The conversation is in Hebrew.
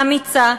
אמיצה,